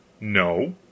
No